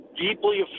deeply